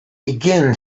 begin